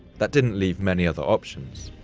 that didn't leave many other options.